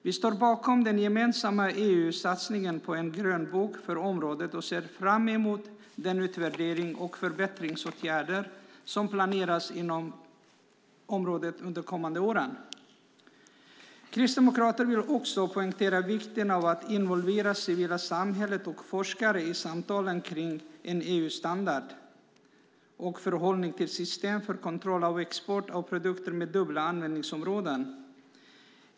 Vi står bakom den gemensamma EU-satsningen på en grönbok för området och ser fram emot den utvärdering och de förbättringsåtgärder som planeras inom området under de kommande åren. Vi kristdemokrater vill också poängtera vikten av att involvera det civila samhället och forskare i samtalen om en EU-standard och om förhållningen till system för kontroll av export av produkter med dubbla användningsområden.